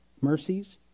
mercies